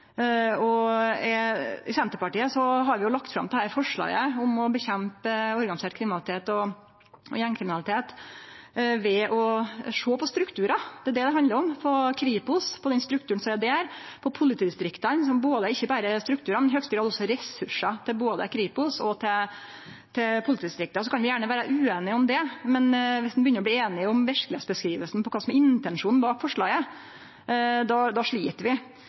I Senterpartiet har vi lagt fram dette forslaget om å nedkjempe organisert kriminalitet og gjengkriminalitet ved å sjå på strukturar. Det er det det handlar om – å sjå på Kripos og den strukturen som er der, og på politidistrikta, og ikkje berre struktur, men i høgste grad også ressursar til både Kripos og politidistrikta. Vi kan gjerne vere ueinige om det, men viss vi begynner å bli ueinige om verkelegheitsbeskrivinga, kva som er intensjonen bak forslaget, slit vi.